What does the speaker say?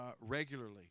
regularly